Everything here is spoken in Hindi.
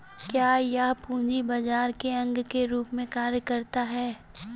क्या यह पूंजी बाजार के अंग के रूप में कार्य करता है?